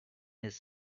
his